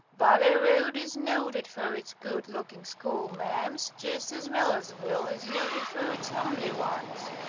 valley road is noted for its good-looking schoolma'ams, just as millersville is noted for its humly ones.